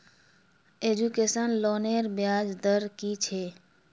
Education लोनेर ब्याज दर कि छे?